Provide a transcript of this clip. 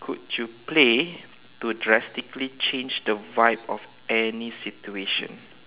could you play to drastically to change the vibe of any situation